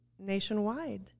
nationwide